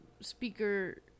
speaker